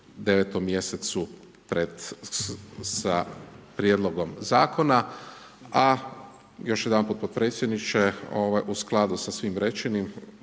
u 9. mj. sa prijedlogom zakona, a još jedanput potpredsjedniče, u skladu sa svim rečenim,